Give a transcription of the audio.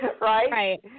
Right